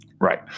Right